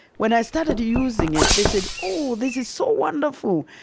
when i started using it, they said, oh, this is so wonderful.